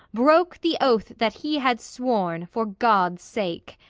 broke the oath that he had sworn, for god's sake.